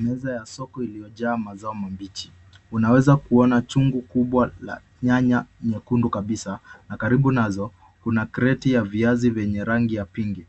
Meza ya soko. iliyojaa mazao mabichi. Unaweza kuona chungu kubwa ya nyanya nyekundu kabisa na karibu nazo kuna kreti ya viazi zenye rangi ya pinki.